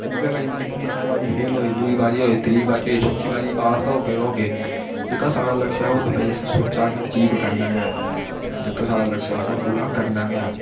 उ'ऐ भाई दिक्खने आं इक्क बारी फेल होए दूई बारी फेल होए त्रीऽ बारी होए चौथी बारी पास तां होग्गे होग्गे ते जेह्का साढ़ा लक्ष्य ऐ ओह् ते भाई असें सोचा कि अचीव करना गै जेह्का साढ़ा लक्ष्य ऐ ओह् पूरा करना गै